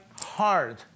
hard